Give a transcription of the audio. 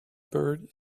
bird